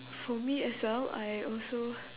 for me as well I also